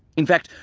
in fact,